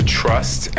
trust